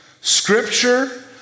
scripture